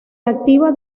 activa